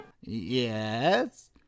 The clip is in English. yes